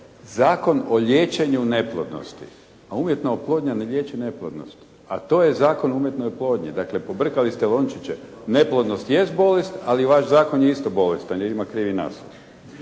zakon o liječenju neplodnosti, a umjetna oplodnja ne liječi neplodnost, a to je zakon o umjetnoj oplodnji. Dakle, pobrkali ste lončiće. Neplodnost jest bolest, ali vaš zakon je isto bolest jer ima krivi naslov.